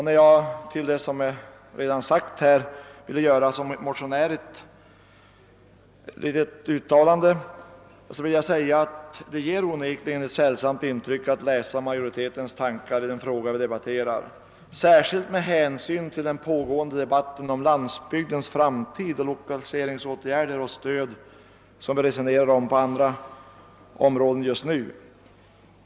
När jag som motionär här vill göra ett uttalande i frågan, vill jag säga att det onekligen ger ett sällsamt intryck att läsa majoritetens tankar i den fråga vi debatterar, särskilt med hänsyn till den pågående debatten om landsbygdens framtid och lokaliseringsåtgärder och stöd som vi resonerar om på andra områden just nu.